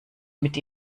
mit